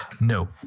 No